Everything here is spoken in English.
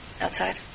Outside